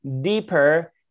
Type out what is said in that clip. deeper